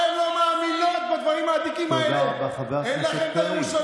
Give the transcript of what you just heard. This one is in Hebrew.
אז למה יש ספרדים ואשכנזים?